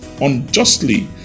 unjustly